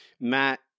Matt